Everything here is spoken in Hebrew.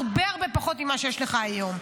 הרבה הרבה פחות ממה שיש לך היום.